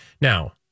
Now